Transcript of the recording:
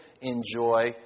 enjoy